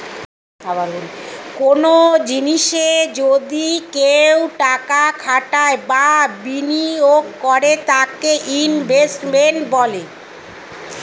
কনো জিনিসে যদি কেউ টাকা খাটায় বা বিনিয়োগ করে তাকে ইনভেস্টমেন্ট বলে